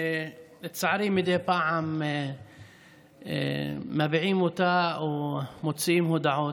לצערי, מדי פעם מביעים אותה או מוציאים הודעות.